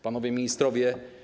Panowie Ministrowie!